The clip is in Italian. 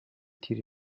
tiri